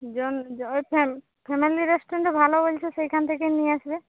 জন জন জন family restaurant ভালো বলছে সেইখান থেকেই নিয়ে আসবে